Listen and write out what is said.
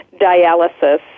dialysis